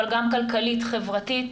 אבל גם כלכלית חברתית,